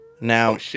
Now